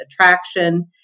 attraction